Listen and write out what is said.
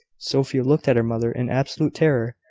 sophia looked at her mother in absolute terror,